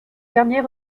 dernier